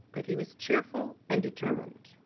but he was cheerful and determined,